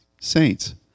saints